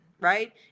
right